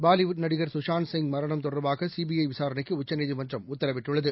பாலிவுட் நடிகர் சுஷாந்த் சிங் மரணம் தொடர்பாகசிபிஐவிசாரணைக்குஉச்சநீதிமன்றம் உத்தரவிட்டுள்ளது